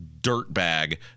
dirtbag